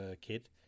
kid